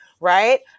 right